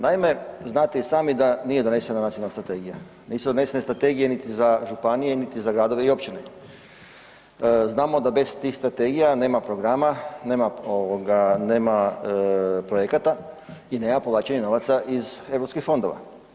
Naime, znate i sami da nije donesena nacionalna strategija, nisu donesene strategije niti za županije niti za gradove i općine, znamo da bez tih strategija nema programa, nema projekata i nema povlačenja novaca iz eu fondova.